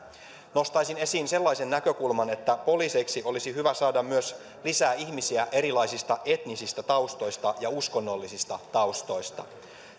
nostaisin esiin sellaisen näkökulman että poliiseiksi olisi hyvä saada myös lisää ihmisiä erilaisista etnisistä taustoista ja uskonnollisista taustoista